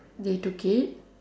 they took it